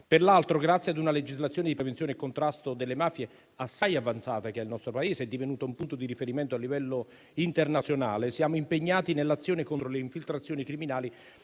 Per altro verso, grazie a una legislazione di prevenzione e contrasto delle mafie assai avanzata che ha il nostro Paese, divenuto un punto di riferimento a livello internazionale, siamo impegnati nell'azione contro le infiltrazioni criminali